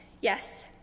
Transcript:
Yes